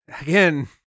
again